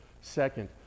Second